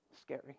Scary